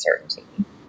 uncertainty